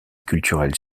culturel